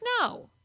no